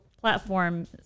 platform